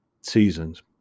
Seasons